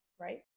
right